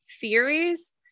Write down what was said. theories